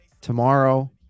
Tomorrow